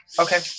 Okay